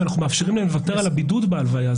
ואנחנו מאפשרים לו לוותר על הבידוד במקרה של הלוויה.